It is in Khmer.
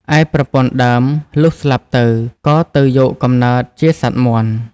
ឯប្រពន្ធដើម លុះស្លាប់ទៅ ក៏ទៅយកកំណើត ជាសត្វមាន់។